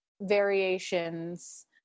variations